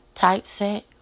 typeset